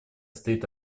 стоит